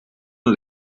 een